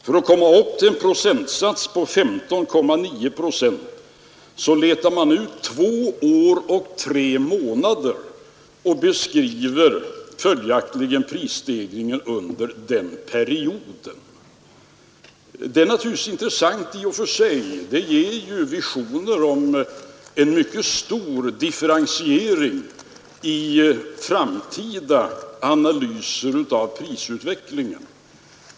För att komma upp till en prisstegring på 15,9 procent letar man ut en period på två år och tre månader. Det är naturligtvis intressant i och för sig — det ger ju visioner om en mycket stor differentiering i framtida analyser av prisutvecklingen.